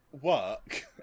work